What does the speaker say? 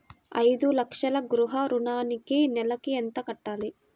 ఐదు లక్షల గృహ ఋణానికి నెలకి ఎంత కట్టాలి?